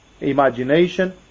imagination